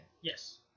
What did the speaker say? Yes